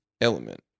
element